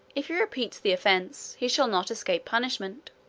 if he repeats the offence, he shall not escape punishment.